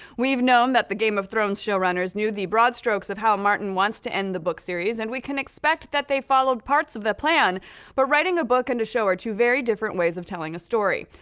we've known that the game of thrones showrunners knew the broad strokes of how martin wants to end the book series. and we can expect that they followed parts of that plan but writing a book and a show are two very different ways of telling a story.